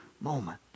moment